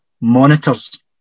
monitors